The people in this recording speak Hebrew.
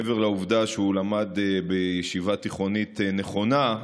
מעבר לעובדה שהוא למד בישיבה תיכונית נכונה,